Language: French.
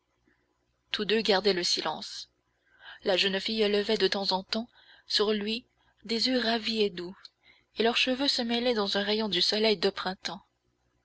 tous deux gardaient le silence la jeune fille levait de temps en temps sur lui des yeux ravis et doux et leurs cheveux se mêlaient dans un rayon du soleil de printemps